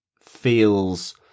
feels